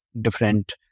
different